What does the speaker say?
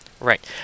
Right